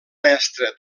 mestre